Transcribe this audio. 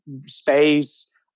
space